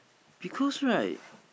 because right